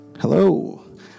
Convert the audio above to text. Hello